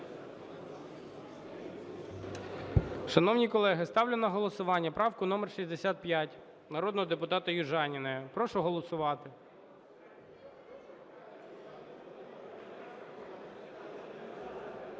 Шановні колеги, ставлю на голосування правку номер 64 народного депутата Марусяка. Прошу голосувати.